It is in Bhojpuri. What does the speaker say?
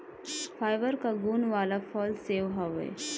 फाइबर कअ गुण वाला फल सेव हवे